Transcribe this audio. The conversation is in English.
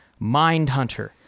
Mindhunter